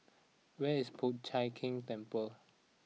where is Po Chiak Keng Temple